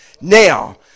Now